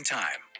time